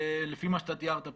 לפי מה שאתה תיארת פה.